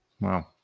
Wow